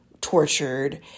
tortured